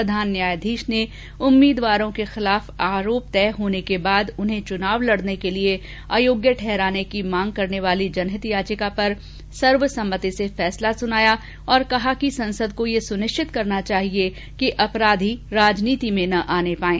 प्रधान न्यायाधीश ने उम्मीदवारों के खिलाफ आरोप तय होने के बादउन्हें चुनाव लड़ने के लिए अयोग्य ठहराने की मांग करने वाली जनहित याचिका पर सर्वसम्मतिसे फैसला सुनाया और कहा कि संसद को यह सुनिश्चित करना चाहिए कि अपराधी राजनीति मेंन आने पाएं